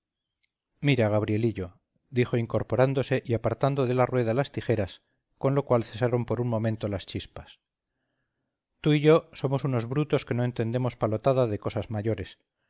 mira gabrielillo dijo incorporándose y apartando de la rueda las tijeras con lo cual cesaron por un momento las chispas tú y yo somos unos brutos que no entendemos palotada de cosas mayores